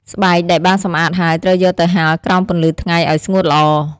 ស្បែកដែលបានសម្អាតហើយ ត្រូវយកទៅហាលក្រោមពន្លឺថ្ងៃឱ្យស្ងួតល្អ។